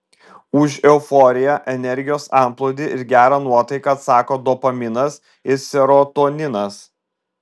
už euforiją energijos antplūdį ir gerą nuotaiką atsako dopaminas ir serotoninas